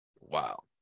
Wow